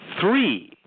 three